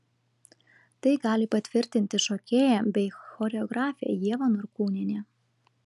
tai gali patvirtinti šokėja bei choreografė ieva norkūnienė